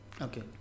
okay